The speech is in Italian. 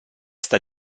sta